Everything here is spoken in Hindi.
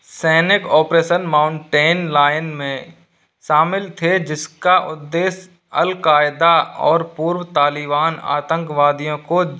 सैनिक ऑपरेसन माउंटेन लायन में शामिल थे जिस का उद्देश्य अल क़ायदा और पूर्व तालिबान आतंकवादियों को जड़ से ख़तम करना है